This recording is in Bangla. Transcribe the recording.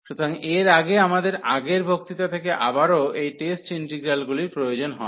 সুতরাং এর আগে আমাদের আগের বক্তৃতা থেকে আবারও এই টেস্ট ইন্টিগ্রালগুলির প্রয়োজন হয়